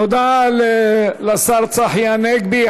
תודה לשר צחי הנגבי.